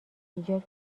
ایجاد